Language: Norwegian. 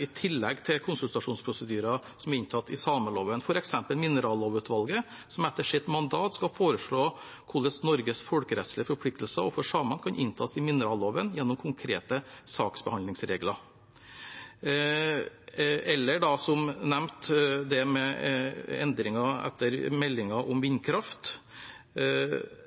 I tillegg til konsultasjonsprosedyrer som er inntatt i sameloven, er det f.eks. minerallovutvalget, som etter sitt mandat skal foreslå hvordan Norges folkerettslige forpliktelser overfor samer kan inntas i mineralloven gjennom konkrete saksbehandlingsregler, eller, som nevnt, det med endringen etter meldingen om vindkraft.